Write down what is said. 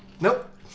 Nope